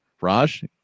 Raj